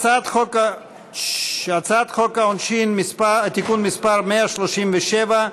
הצעת חוק העונשין (תיקון מס' 137),